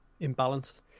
imbalanced